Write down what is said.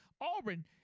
Auburn